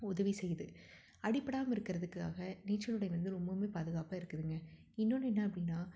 உதவி செய்யுது அடிப்படாமல் இருக்கிறதுக்காக நீச்சல் உடை வந்து ரொம்பவுமே பாதுகாப்பாக இருக்குதுங்க இன்னொன்று என்ன அப்படின்னா